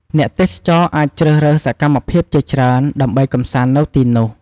អ្នកទេសចរអាចជ្រើសរើសសកម្មភាពជាច្រើនដើម្បីកម្សាន្តនៅទីនោះ។